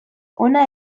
hona